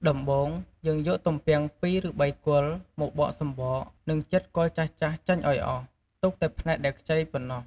ដំបូង យើងយកទំពាំង ២ឬ៣គល់ មកបកសំបក និងចិតគល់ចាស់ៗចេញឱ្យអស់ ទុកតែផ្នែកដែលខ្ចីប៉ុណ្ណោះ។